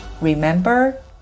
Remember